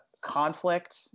conflict